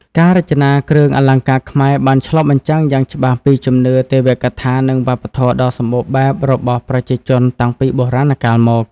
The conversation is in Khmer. ការរចនាគ្រឿងអលង្ការខ្មែរបានឆ្លុះបញ្ចាំងយ៉ាងច្បាស់ពីជំនឿ ទេវកថា និងវប្បធម៌ដ៏សម្បូរបែបរបស់ប្រជាជនតាំងពីបុរាណកាលមក។